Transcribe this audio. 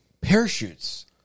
parachutes